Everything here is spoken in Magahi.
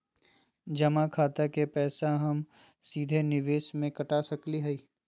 जमा खाता के पैसा का हम सीधे निवेस में कटा सकली हई?